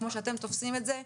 כמו שאתם תופסים את זה,